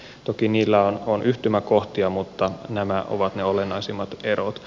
toki niillä on yhtymäkohtia mutta nämä ovat ne olennaisimmat erot